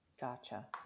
Gotcha